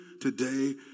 today